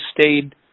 stayed